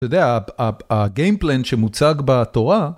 אתה יודע, הגיימפלן שמוצג בתורה...